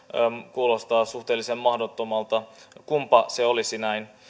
kuulostaa suhteellisen mahdottomalta kunpa se olisi näin